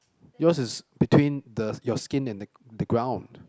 yours is between the your skin and the the ground